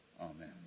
Amen